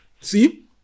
See